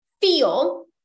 feel